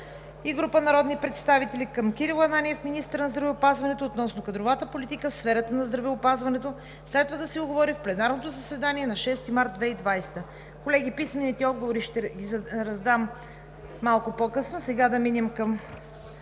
и група народни представители към Кирил Ананиев – министър на здравеопазването, относно кадровата политика в сферата на здравеопазването. Следва да се отговори в пленарното заседание на 6 март 2020 г. Колеги, писмените отговори ще Ви раздам малко по-късно. Екатерина